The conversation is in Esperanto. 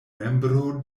membro